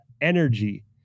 energy